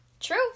True